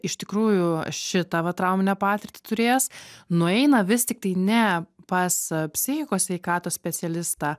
iš tikrųjų šitą va trauminę patirtį turėjęs nueina vis tiktai ne pas psichikos sveikatos specialistą